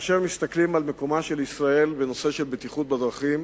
כאשר מסתכלים על מיקומה של ישראל בנושא של בטיחות בדרכים,